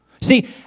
See